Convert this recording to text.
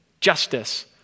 justice